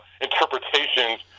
interpretations